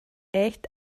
echt